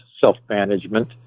self-management